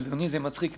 אדוני, זה מצחיק.